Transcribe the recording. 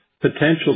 potential